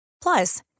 Plus